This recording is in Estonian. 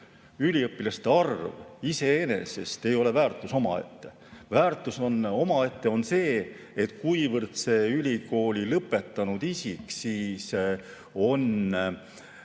üliõpilaste arv iseenesest ei ole väärtus omaette. Väärtus omaette on see, kuivõrd selle ülikooli lõpetanud isiku